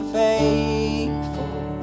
faithful